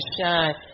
shine